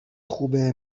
خوبه